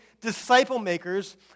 disciple-makers